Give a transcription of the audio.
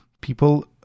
people